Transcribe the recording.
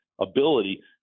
ability